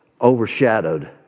overshadowed